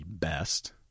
best